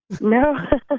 No